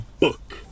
book